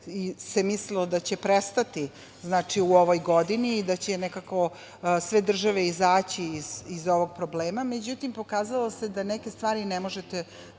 se mislilo da će prestati u ovoj godini i da će nekako sve države izaći iz ovog problema. Međutim, pokazalo se da neke stvari ne možete